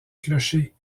clocher